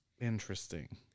Interesting